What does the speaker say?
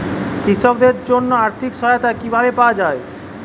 কৃষকদের জন্য আর্থিক সহায়তা কিভাবে পাওয়া য়ায়?